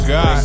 God